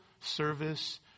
service